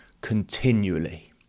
continually